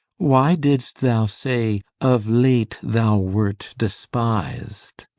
why didst thou say of late thou wert despis'd?